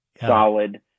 solid